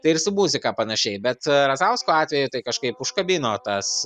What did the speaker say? tai ir su muzika panašiai bet razausko atveju tai kažkaip užkabino tas